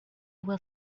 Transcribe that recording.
will